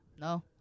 no